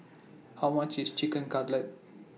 How much IS Chicken Cutlet